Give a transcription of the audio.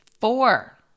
Four